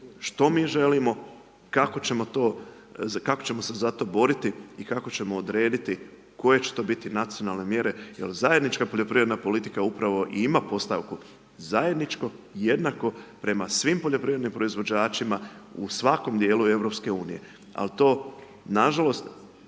što mi želimo, kako ćemo se za to boriti i kako ćemo odrediti koje će to biti nacionalne mjere jel zajednička poljoprivredna politika upravo i ima postavku zajedničko jednako prema svim poljoprivrednim proizvođačima u svakom dijelu EU. Al to nažalost